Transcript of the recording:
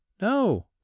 No